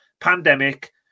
pandemic